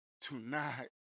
tonight